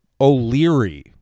O'Leary